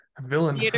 villain